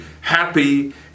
happy